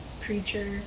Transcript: creature